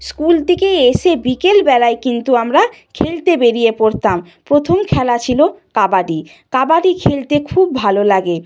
school থেকে এসে বিকেল বেলায় কিন্তু আমরা খেলতে বেড়িয়ে পড়তাম প্রথম খেলা ছিল কাবাডি কাবাডি খেলতে খুব ভালো লাগে